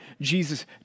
Jesus